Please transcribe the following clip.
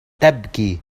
تبكي